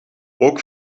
ook